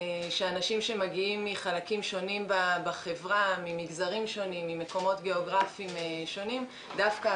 שאנשים שמגיעים ממגזרים שונים וממקומות שונים מוצאים את דרכם לחדר